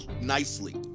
nicely